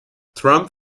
trump